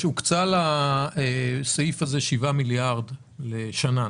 הוקצה לסעיף הזה 7 מיליארד לשנה?